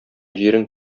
җирең